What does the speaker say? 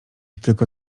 tylko